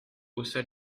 haussa